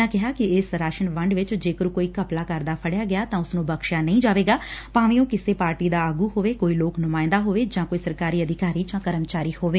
ਉਨ੍ਹਾਂ ਕਿਹਾ ਕਿ ਇਸ ਰਾਸ਼ਨ ਵੰਡ ਵਿਚ ਜੇਕਰ ਕੋਈ ਘਪਲਾ ਕਰਦਾ ਫੜਿਆ ਗਿਆ ਤਾਂ ਉਸ ਨੂੰ ਬਖਸ਼ਿਆ ਨਹੀਂ ਜਾਵੇਗਾ ਭਾਵੇਂ ਉਹ ਕਿਸੇ ਪਾਰਟੀ ਦਾ ਆਗੂ ਹੋਵੇ ਕੋਈ ਲੋਕ ਨੁਮਾਇੰਦਾ ਹੋਵੇ ਜਾਂ ਕੋਈ ਸਰਕਾਰੀ ਅਧਿਕਾਰੀ ਜਾਂ ਕਰਮਚਾਰੀ ਹੋਵੇ